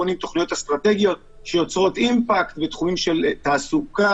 אנחנו בונים תוכניות אסטרטגיות שיוצרות אימפקט בתחומים של תעסוקה,